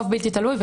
רוב בלתי תלוי,